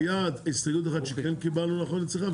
הייתה הסתייגות שכן קיבלנו, נכון?